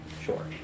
Sure